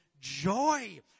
joy